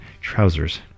Trousers